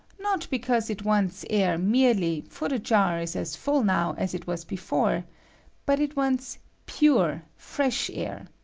not because it wants air merely, for the jar is as full now as it was before but it wants pure, fresh air.